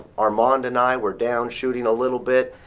armand and i were down, shooting a little bit,